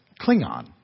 Klingon